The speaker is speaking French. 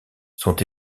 sont